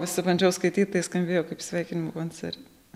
pasibandžiau skaityt tai skambėjo kaip sveikinimų koncerte